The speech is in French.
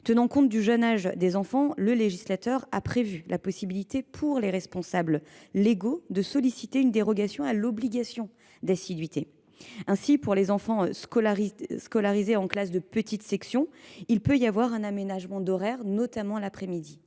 tenir compte du jeune âge des enfants, le législateur a prévu la possibilité pour les responsables légaux de solliciter une dérogation à l’obligation d’assiduité pour les enfants scolarisés en classe de petite section se traduisant par un aménagement des horaires, notamment l’après-midi.